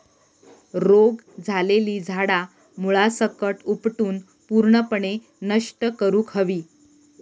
रोग झालेली झाडा मुळासकट उपटून पूर्णपणे नष्ट करुक हवी